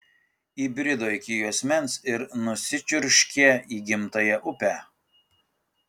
įbrido iki juosmens ir nusičiurškė į gimtąją upę